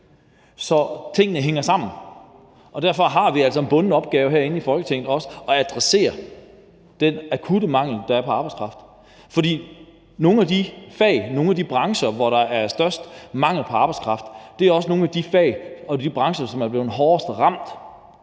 Så tingene hænger sammen, og derfor har vi altså også en bunden opgave herinde i Folketinget med at adressere den akutte mangel, der er på arbejdskraft. For nogle af de fag, nogle af de brancher, hvor der er størst mangel på arbejdskraft, er også nogle af de fag og de brancher, som er blevet hårdest ramt